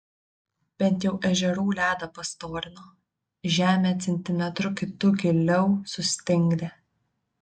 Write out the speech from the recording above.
bent jau ežerų ledą pastorino žemę centimetru kitu giliau sustingdė